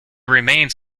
remains